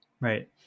Right